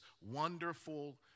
Wonderful